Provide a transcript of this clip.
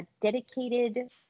dedicated